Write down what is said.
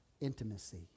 Intimacy